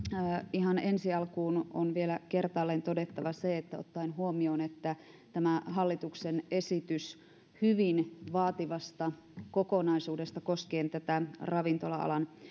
ihan ensi alkuun on vielä kertaalleen todettava se että ottaen huomioon että tämä hallituksen esitys hyvin vaativasta kokonaisuudesta koskien tätä ravintola alan